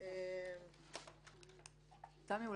תמי,